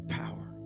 power